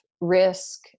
risk